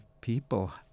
People